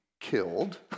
killed